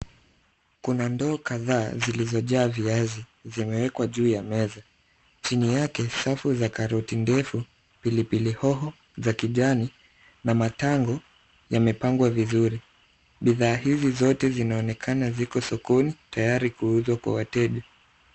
Kuna ndoo kadhaa zilizojaa viazi, zimewekwa juu ya meza. Chini yake, safu za karoti ndefu, pilipili hoho za kijani na matango yamepangwa vizuri. Bidhaa hizi zote zinaonekana ziko sokoni tayari kuuzwa kwa wateja.